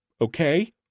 Okay